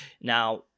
Now –